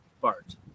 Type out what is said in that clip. Bart